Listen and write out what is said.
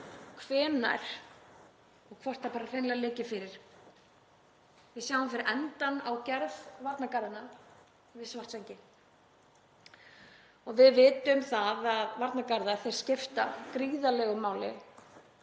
hvenær og hvort það hreinlega liggi fyrir. Við sjáum fyrir endann á gerð varnargarðanna við Svartsengi og við vitum það að varnargarðar skipta gríðarlegu máli.